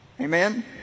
amen